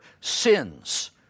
sins